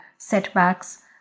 setbacks